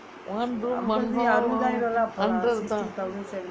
one room one hall hundred தான்:thaan